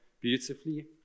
beautifully